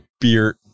beer